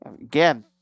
Again